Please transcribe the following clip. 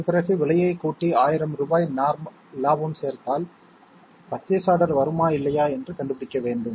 அதன் பிறகு விலையைக் கூட்டி 1000 ரூபாய் லாபம் சேர்த்தால் பர்ச்சேஸ் ஆர்டர் வருமா இல்லையா என்று கண்டுபிடிக்க வேண்டும்